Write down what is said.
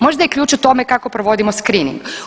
Možda je ključ u tome kako provodimo screening.